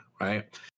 right